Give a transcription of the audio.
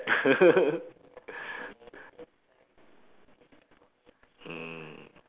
mm